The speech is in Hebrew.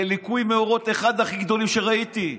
זה ליקוי מאורות אחד מהכי גדולים שראיתי.